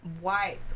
white